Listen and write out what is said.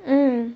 mm